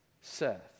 Seth